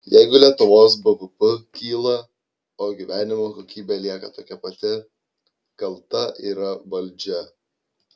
jeigu lietuvos bvp kyla o gyvenimo kokybė lieka tokia pati kalta yra valdžia